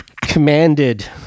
commanded